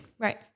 Right